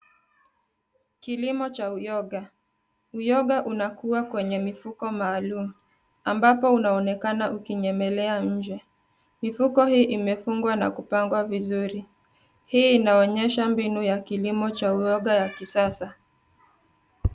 Kilimo cha uyoga. Uyoga unakuwa kwenye mifuko maalum, ambapo unaonekana ukinyemelea nje. Mifuko hii imefungwa na kupangwa vizuri. Hii inaonyesha mbinu ya kilimo cha uyoga ya kisasa.